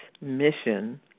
mission